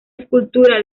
escultura